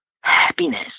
happiness